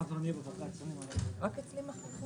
הישיבה ננעלה בשעה